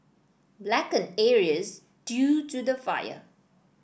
blackened areas due to the fire